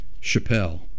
Chappelle